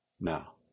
now